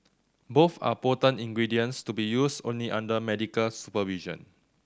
both are potent ingredients to be used only under medical supervision